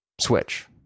switch